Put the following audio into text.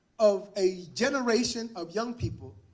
of a generation of young people,